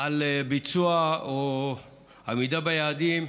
על ביצוע או על עמידה ביעדים.